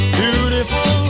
beautiful